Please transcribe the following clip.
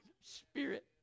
spirit